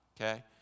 Okay